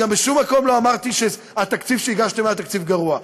גם בשום מקום לא אמרתי שהתקציב שהגשתם היה תקציב גרוע.